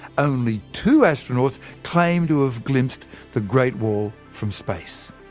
only two astronauts claim to have glimpsed the great wall from space.